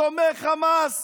תומך חמאס